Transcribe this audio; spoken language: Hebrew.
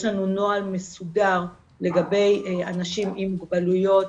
יש לנו נוהל מסודר לגבי אנשים עם מוגבלויות,